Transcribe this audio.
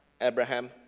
Abraham